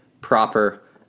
proper